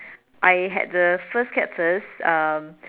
I had the first cat first um